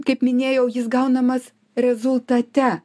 kaip minėjau jis gaunamas rezultate